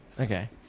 Okay